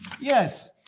yes